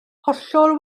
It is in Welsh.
hollol